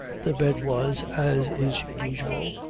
the bed was, as is usual,